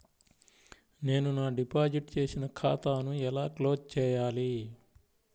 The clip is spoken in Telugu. నేను నా డిపాజిట్ చేసిన ఖాతాను ఎలా క్లోజ్ చేయాలి?